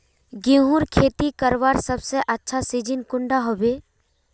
गेहूँर खेती करवार सबसे अच्छा सिजिन कुंडा होबे?